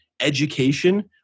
education